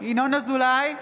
ינון אזולאי,